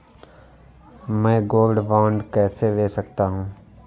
मैं gold bond कैसे ले सकता हूँ?